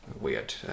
weird